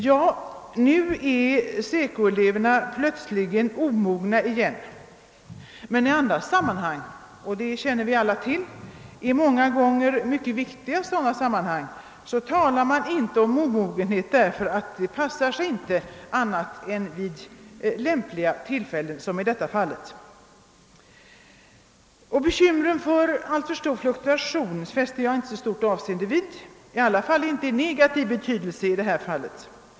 Ja, nu är SECO-eleverna plötsligt omogna igen, men i andra sammanhang — och i många gånger mycket viktiga sammanhang, vilket vi alla känner till — talar man inte om omogenhet; det passar inte annat än vid lämpliga tillfällen som i detta fall. Bekymren för allför stor fluktuation fäster jag inte så stort avseende vid — i alla fall inte i negativ betydelse.